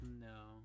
No